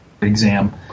exam